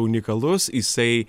unikalus jisai